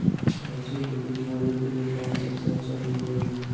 सरसो के बीज बोने के लिए कौन सबसे अच्छा बीज होगा?